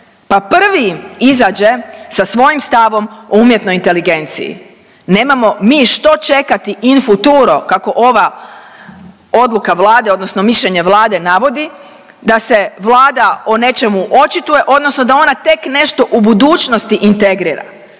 pa prvi izađe sa svojim stavom o umjetnoj inteligenciji. Nemamo mi što čekati in futuro kako ova odluka Vlade odnosno mišljenje Vlade navodi da se Vlada o nečemu očituje odnosno da ona tek nešto u budućnosti integrira